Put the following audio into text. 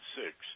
six